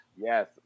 Yes